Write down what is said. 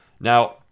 Now